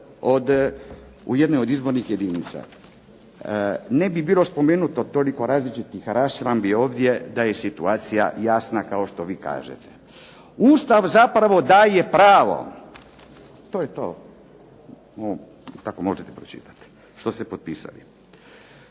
u jednoj od izbornih jedinica“ Ne bi bilo spomenuto toliko različitih raščlambi ovdje da je situacija jasna kao što vi kažete. Ustav zapravo daje pravo, to je to, tako možete pročitati što ste potpisali,